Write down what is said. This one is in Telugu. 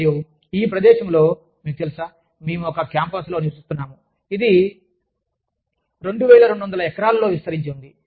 మరియు ఈ ప్రదేశంలో మీకు తెలుసా మేము ఒక క్యాంపస్లో నివసిస్తున్నాము అది 2200 ఎకరాలలో విస్తరించి ఉంది